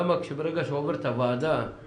עלתה כאן שאלה למה שברגע שהוא עובר את הוועדה הכי